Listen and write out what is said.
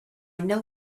know